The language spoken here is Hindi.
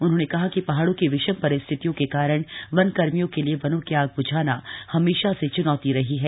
उन्होंने कहा कि पहाड़ों की विषम पारिस्थितियों के कारण वन कर्मियों के लिए वनों की आग बुझाना हमेशा से चुनौती रही है